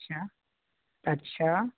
अच्छा अच्छा